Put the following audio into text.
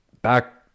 Back